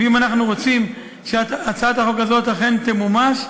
אם אנחנו רוצים שהצעת החוק הזאת אכן תמומש,